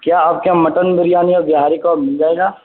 کیا آپ کے یہاں مٹن بریانی اور بہاری کباب مل جائے گا